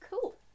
Cool